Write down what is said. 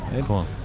Cool